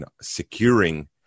securing